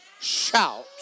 shout